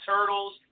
Turtles